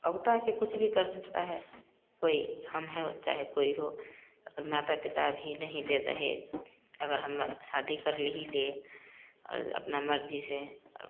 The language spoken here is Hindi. अब ता कुछ भी कर सकता है कोई हम है चाहे कोई हो अगर माता पिता भी नहीं दे रहे अगर हम लोग शादी कर ही लें और अपना मर्ज़ी से और